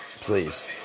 Please